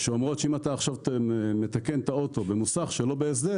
שאומרות שאם אתה עכשיו מתקן את האוטו במוסך שלא בהסדר